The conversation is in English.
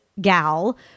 gal